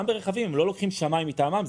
גם ברכבים הם לא לוקחים שמאי מטעמם.